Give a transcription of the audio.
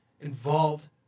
involved